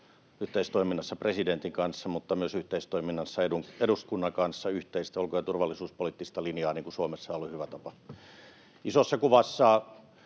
yhteistoiminnassa presidentin kanssa mutta myös yhteistoiminnassa eduskunnan kanssa yhteistä ulko- ja turvallisuuspoliittista linjaa, niin kuin Suomessa ollut hyvä tapa. Isossa kuvassa